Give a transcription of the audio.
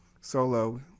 solo